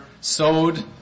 sowed